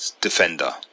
defender